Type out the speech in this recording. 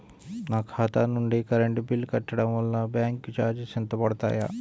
నా ఖాతా నుండి కరెంట్ బిల్ కట్టడం వలన బ్యాంకు చార్జెస్ ఎంత పడతాయా?